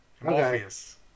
Morpheus